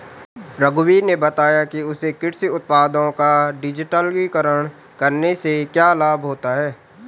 रघुवीर ने बताया कि उसे कृषि उत्पादों का डिजिटलीकरण करने से क्या लाभ होता है